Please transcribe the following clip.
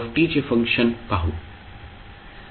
u चे function पाहू